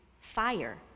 fire